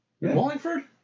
Wallingford